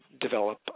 develop